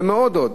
ועוד "מאוד".